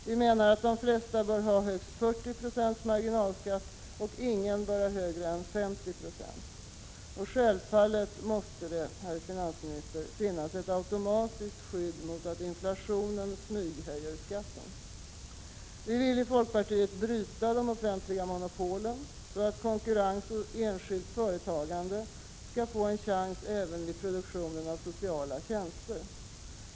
Vi menar att de flesta bör ha högst 40 90 marginalskatt, och ingen bör ha högre än 50 96. Självfallet måste det, herr finansminister, finnas ett automatiskt skydd mot att inflationen smyghöjer skatten. Vi i folkpartiet vill bryta de offentliga monopolen så att konkurrens och enskilt företagande skall få en chans även i produktionen av sociala tjänster.